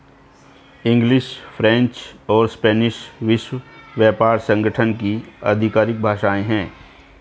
English, French और Spanish विश्व व्यापार संगठन की आधिकारिक भाषाएं है